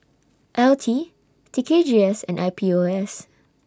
L T T K G S and I P O S